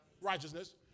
righteousness